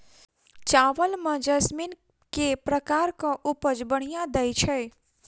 चावल म जैसमिन केँ प्रकार कऽ उपज बढ़िया दैय छै?